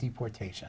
deportation